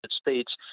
States